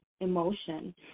emotion